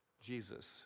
Jesus